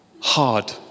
hard